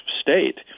state